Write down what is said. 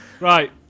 Right